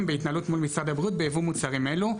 בהתנהלות מול משרד הבריאות בייבוא מוצרים אלו.